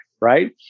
right